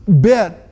bit